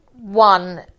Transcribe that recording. One